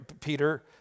Peter